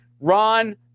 Ron